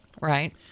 Right